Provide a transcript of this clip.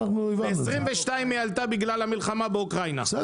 וב-2022 היא עלתה בגלל המלחמה באוקראינה.